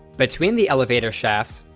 between the elevator shafts,